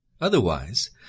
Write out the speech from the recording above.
Otherwise